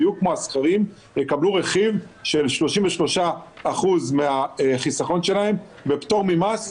בדיוק כמו השכירים יקבלו רכיב של 33% מהחיסכון שלהם בפטור ממס,